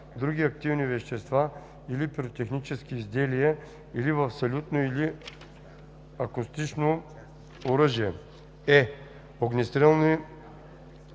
други активни вещества или пиротехнически изделия, или в салютно или акустично оръжие; е) огнестрелни